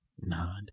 nod